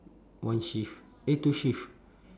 one shift eh two shift